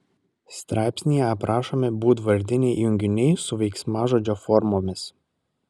straipsnyje aprašomi būdvardiniai junginiai su veiksmažodžio formomis